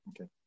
okay